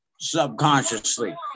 subconsciously